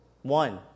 One